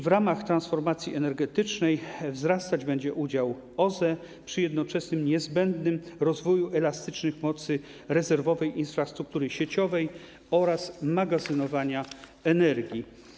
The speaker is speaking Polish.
W ramach transformacji energetycznej wzrastać będzie udział OZE przy jednoczesnym niezbędnym rozwoju elastycznych mocy rezerwowych, infrastruktury sieciowej oraz magazynowania energii.